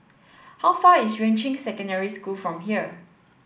how far is Yuan Ching Secondary School from here